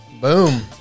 boom